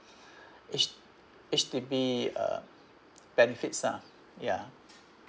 H~ H_D_B uh benefits ah ya